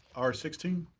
r sixteen.